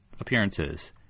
appearances